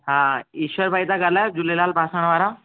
हा ईश्वर भाई था ॻाल्हायो झूलेलाल बासण वारा